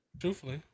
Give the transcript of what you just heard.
Truthfully